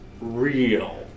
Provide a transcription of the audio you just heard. real